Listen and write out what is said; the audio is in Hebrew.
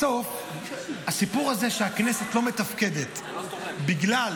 בסוף הסיפור הזה שהכנסת לא מתפקדת בגלל